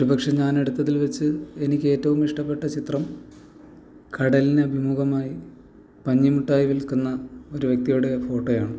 ഒരുപക്ഷെ ഞാൻ എടുത്തതിൽ വച്ച് എനിക്കേറ്റവും ഇഷ്ടപ്പെട്ട ചിത്രം കടലിനഭിമുഖമായി പഞ്ഞിമുട്ടായി വിൽക്കുന്ന ഒരു വ്യക്തിയുടെ ഫോട്ടോയാണ്